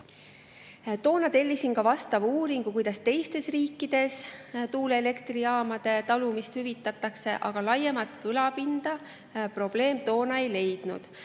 Toona tellisin ka vastava uuringu, kuidas teistes riikides tuuleelektrijaamade talumist hüvitatakse, aga laiemat kõlapinda probleem toona ei leidnud.